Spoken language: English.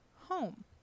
home